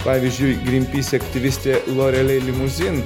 pavyzdžiui gryn pys aktyvistė lorelei limuzin